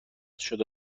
شده